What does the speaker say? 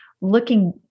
looking